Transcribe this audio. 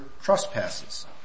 trespasses